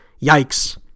yikes